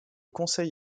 conseil